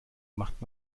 macht